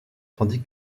tandis